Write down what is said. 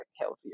healthier